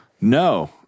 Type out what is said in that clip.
No